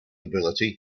ability